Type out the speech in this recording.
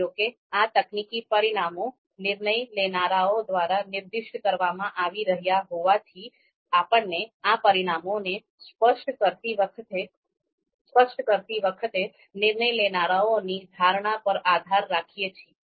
જો કે આ તકનીકી પરિમાણો નિર્ણય લેનારઓ દ્વારા નિર્દિષ્ટ કરવામાં આવી રહ્યા હોવાથી આપણે આ પરિમાણોને સ્પષ્ટ કરતી વખતે નિર્ણય લેનારાઓની ધારણા પર આધાર રાખીએ છીએ